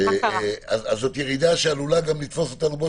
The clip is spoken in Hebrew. זאת ירידה שעלולה לתפוס אותנו בעוד